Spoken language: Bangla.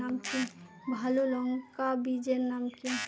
ভালো লঙ্কা বীজের নাম কি?